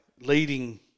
leading